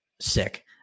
sick